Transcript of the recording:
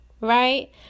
right